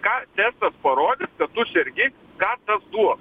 ką testas parodys kad tu sergi ką tas duos